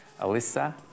Alyssa